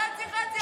אני חצי-חצי.